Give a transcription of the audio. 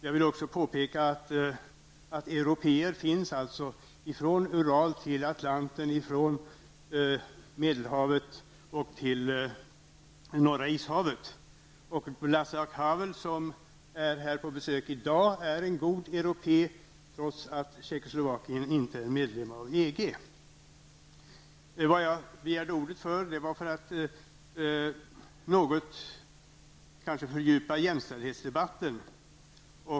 Jag vill också påpeka att det finns européer från Ural till Václav Havel, som är på besök här i dag, är en god europé trots att Tjeckoslovakien inte är medlem i Jag begärde ordet för att kanske något fördjupa jämställdhetsdebatten.